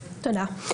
תודה.